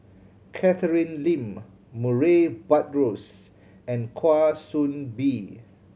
Catherine Lim Murray Buttrose and Kwa Soon Bee